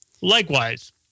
Likewise